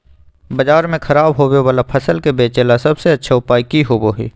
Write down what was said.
बाजार में खराब होबे वाला फसल के बेचे ला सबसे अच्छा उपाय की होबो हइ?